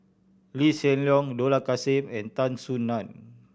Lee Hsien Loong Dollah Kassim and Tan Soo Nan